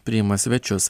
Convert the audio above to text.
priima svečius